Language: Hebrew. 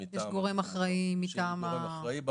גורם אחרי במקום.